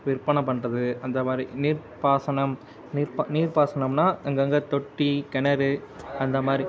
விற்பனை பண்ணுறது அந்த மாதிரி நீர்ப்பாசனம் நீர்ப்ப நீர்ப்பாசனம்னால் அங்கங்கே தொட்டி கிணறு அந்த மாதிரி